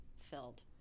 filled